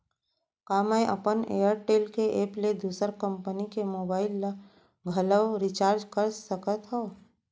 का मैं अपन एयरटेल के एप ले दूसर कंपनी के मोबाइल ला घलव रिचार्ज कर सकत हव?